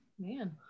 Man